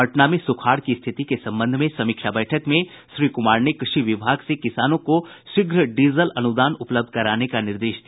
पटना में सुखाड़ की स्थिति के संबंध में समीक्षा बैठक में श्री कुमार ने कृषि विभाग से किसानों को शीघ्र डीजल अनुदान उपलब्ध कराने का निर्देश दिया